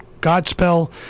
Godspell